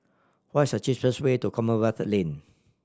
what is the cheapest way to Commonwealth Lane